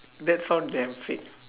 that sound damn fake